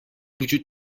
وجود